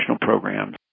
programs